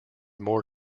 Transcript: more